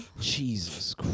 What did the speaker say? jesus